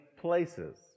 places